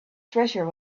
treasure